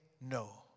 no